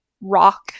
rock